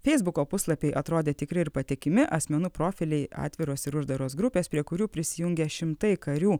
feisbuko puslapiai atrodė tikri ir patikimi asmenų profiliai atviros ir uždaros grupės prie kurių prisijungę šimtai karių